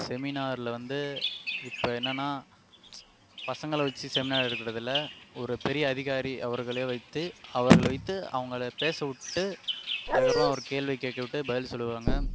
செமினாரில் வந்து இப்போ என்னென்னா பசங்களை வச்சி செமினார் எடுக்கிறது இல்லை ஒரு பெரிய அதிகாரி அவர்களை வைத்து அவர்களை வைத்து அவங்கள பேசவிட்டு அதுக்கப்பறம் அவர் கேள்வி கேட்கவுட்டு பதில் சொல்லுவாங்க